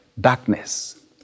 darkness